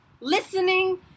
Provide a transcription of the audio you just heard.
listening